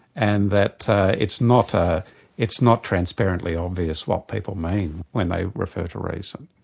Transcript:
and that it's not ah it's not transparently obvious what people mean when they refer to reason.